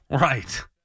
right